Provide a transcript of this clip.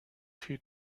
few